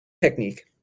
technique